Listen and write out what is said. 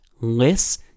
less